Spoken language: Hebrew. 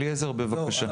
אליעזר, בבקשה.